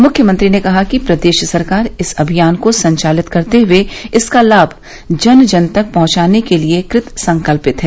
मुख्यमंत्री ने कहा कि प्रदेश सरकार इस अभियान को संचालित करते हुए इसका लाभ जन जन तक पहुंचाने के लिये कृतसंकल्पित है